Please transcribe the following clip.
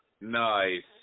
Nice